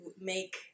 make